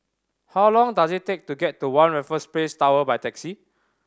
how long does it take to get to One Raffles Place Tower by taxi